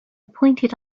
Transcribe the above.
pointed